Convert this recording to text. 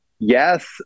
Yes